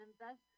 invest